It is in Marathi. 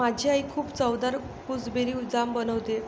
माझी आई खूप चवदार गुसबेरी जाम बनवते